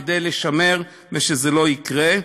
כדי לשמר שזה לא יקרה.